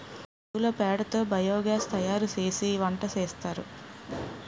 పశువుల పేడ తో బియోగాస్ తయారుసేసి వంటసేస్తారు